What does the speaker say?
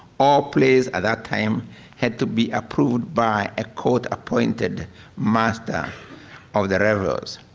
all plays at that time had to be approved by a code appointed master of the rebels.